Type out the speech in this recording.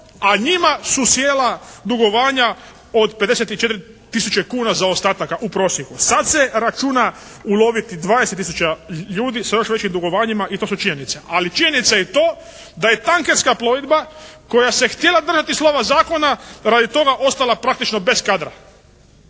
a njima su sjela dugovanja od 54 tisuće kuna zaostataka u prosjeku. Sad se računa uloviti 20 tisuća ljudi sa još većim dugovanjima i to su činjenice. Ali činjenica je i to da je tankerska plovidba koja se htjela držati slova zakona radi toga ostala praktično bez kadra.